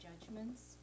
judgments